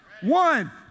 One